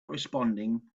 responding